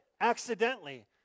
accidentally